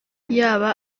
yaba